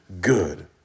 good